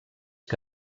que